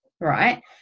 right